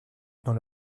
dans